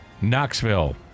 Knoxville